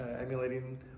emulating